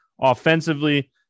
offensively